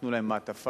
ייתנו להם מעטפה,